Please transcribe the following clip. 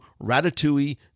Ratatouille